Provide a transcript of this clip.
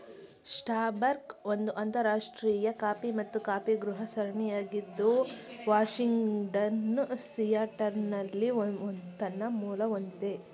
Starbucks ಒಂದು ಅಂತರರಾಷ್ಟ್ರೀಯ coffee ಮತ್ತು ಕಾಫಿಗೃಹ ಸರಣಿಯಾಗಿದ್ದು ವಾಷಿಂಗ್ಟನ್ನ ಸಿಯಾಟಲ್ನಲ್ಲಿ ತನ್ನ ಮೂಲ ಹೊಂದಿದೆ